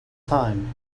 time